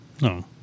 No